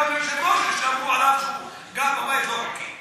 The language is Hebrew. גם היושב-ראש אמר שהוא גר בבית לא חוקי.